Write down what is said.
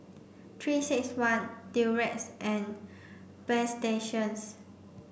three six ne Durex and Bagstationz